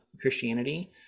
Christianity